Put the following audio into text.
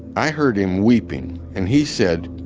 i heard him weeping and he said,